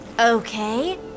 Okay